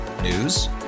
News